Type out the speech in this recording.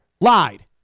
lied